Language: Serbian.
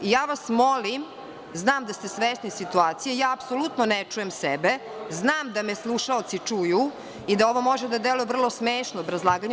Molim vas, znam da ste svesni situacije, ja apsolutno ne čujem sebe, znam da me slušaoci čuju i da ovo može da deluje vrlo smešno u obrazlaganju.